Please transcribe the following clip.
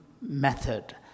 method